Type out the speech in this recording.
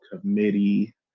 committee